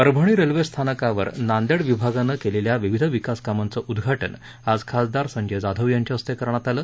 Parbhani railway स्थानकावर नांदेड विभागानं केलेल्या विविध विकास कामांचं उद्धाटन आज खासदार संजय जाधव यांच्या हस्ते करण्यात आलं